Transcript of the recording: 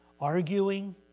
Arguing